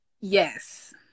Yes